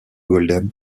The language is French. golden